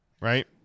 right